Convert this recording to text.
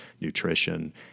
nutrition